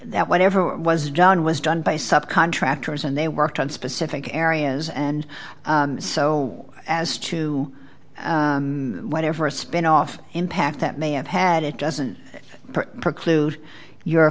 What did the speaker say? that whatever was done was done by sub contractors and they worked on specific areas and so as to whatever a spin off impact that may have had it doesn't preclude your